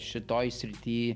šitoj srity